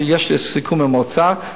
ויש לי סיכום עם האוצר,